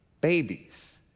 babies